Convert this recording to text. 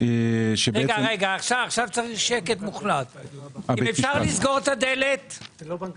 כרגע הוזרם תקציב על ידי בנק